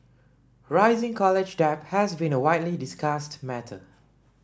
rising college debt has been a widely discussed matter